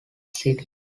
city